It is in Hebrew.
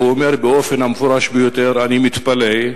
והוא אמר באופן המפורש ביותר: אני מתפלא,